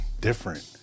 different